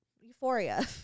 euphoria